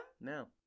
No